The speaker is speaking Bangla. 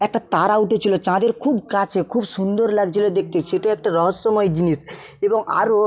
একটা তারা উঠেছিলো চাঁদের খুব কাছে খুব সুন্দর লাগছিলো দেখতে সেটাও একটা রহস্যময় জিনিস এবং আরো